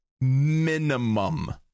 minimum